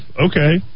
Okay